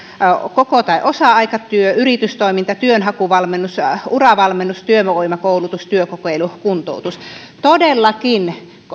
koko tai osa aikatyö yritystoiminta työnhakuvalmennus uravalmennus työvoimakoulutus työkokeilu kuntoutus todellakin